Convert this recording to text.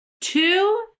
two